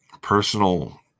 personal